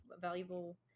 valuable